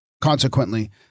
Consequently